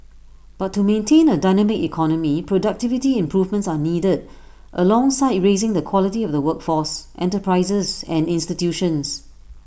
but to maintain A dynamic economy productivity improvements are needed alongside raising the quality of the workforce enterprises and institutions